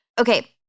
Okay